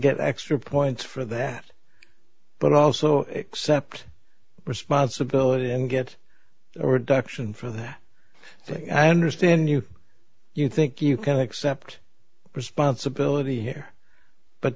get extra points for that but also accept responsibility and get a reduction for that thing i understand you you think you can accept responsibility here but